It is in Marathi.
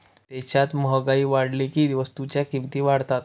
देशात महागाई वाढली की वस्तूंच्या किमती वाढतात